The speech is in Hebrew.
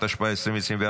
התשפ"ה 2024,